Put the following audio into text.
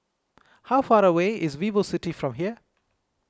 how far away is VivoCity from here